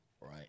Right